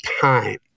time